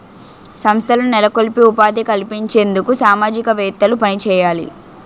సంస్థలను నెలకొల్పి ఉపాధి కల్పించేందుకు సామాజికవేత్తలు పనిచేయాలి